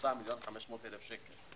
מיליון וחצי שקל.